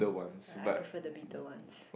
ya I prefer the bitter ones